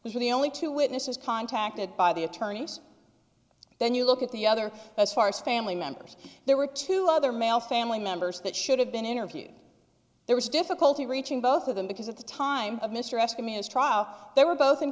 were the only two witnesses contacted by the attorneys then you look at the other as far as family members there were two other male family members that should have been interviewed there was difficulty reaching both of them because at the time of mr escott mia's trial they were both in